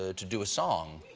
ah to do a song.